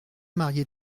marier